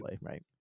right